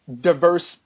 diverse